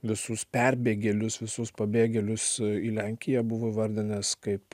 visus perbėgėlius visus pabėgėlius į lenkiją buvo įvardinęs kaip